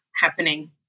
happening